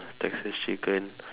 Texas Chicken